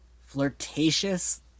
flirtatious